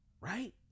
Right